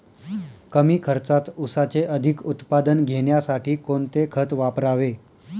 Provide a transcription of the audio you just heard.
कमी खर्चात ऊसाचे अधिक उत्पादन घेण्यासाठी कोणते खत वापरावे?